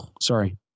Sorry